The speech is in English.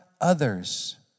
others